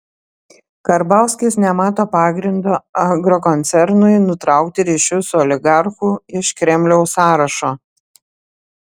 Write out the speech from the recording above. karbauskis nemato pagrindo agrokoncernui nutraukti ryšius su oligarchu iš kremliaus sąrašo